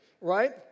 right